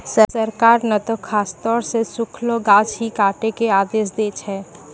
सरकार नॅ त खासतौर सॅ सूखलो गाछ ही काटै के आदेश दै छै